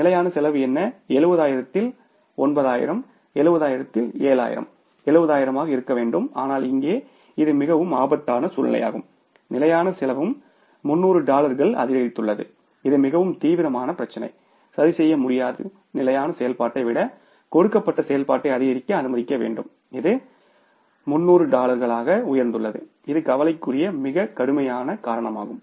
நிலையான செலவு என்ன 70000 இல் 9000 70000 இல் 7000 70000 ஆக இருக்க வேண்டும் ஆனால் இங்கே இது மிகவும் ஆபத்தான சூழ்நிலையாகும் நிலையான செலவும் 300 அதிகரித்துள்ளது இது மிகவும் தீவிரமான பிரச்சினை சரிசெய்ய முடியாது நிலையான செயல்பாட்டை விட கொடுக்கப்பட்ட செயல்பாட்டை அதிகரிக்க அனுமதிக்க வேண்டும் இது 300 ஆக உயர்ந்துள்ளது இது கவலைக்குரிய மிகக் கடுமையான காரணமாகும்